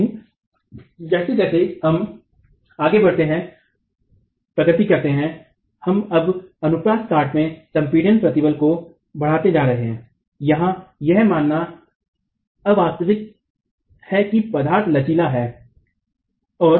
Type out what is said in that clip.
लेकिन जैसे जैसे हम प्रगति करते हैं हम अब अनुप्रस्थ काट में संपीडन प्रतिबल को बढ़ाते जा रहे हैं यहां यह मानना अवास्तविक है कि पदार्थ लचीला है